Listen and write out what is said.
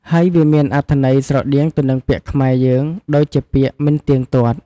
ហើយវាមានអត្ថន័យស្រដៀងទៅនឹងពាក្យខ្មែរយើងដូចជាពាក្យ មិនទៀងទាត់។